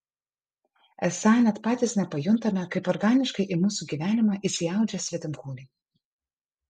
esą net patys nepajuntame kaip organiškai į mūsų gyvenimą įsiaudžia svetimkūniai